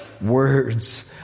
words